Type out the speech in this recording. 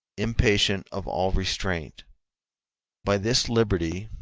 impatient of all restraint by this liberty